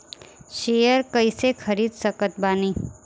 Share कइसे खरीद सकत बानी?